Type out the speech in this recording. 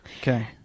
okay